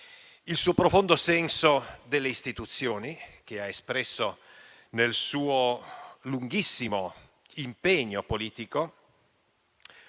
Il suo profondo senso delle istituzioni l'ha espresso nel suo lunghissimo impegno politico,